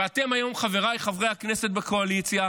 ואתם היום, חבריי חברי הכנסת בקואליציה,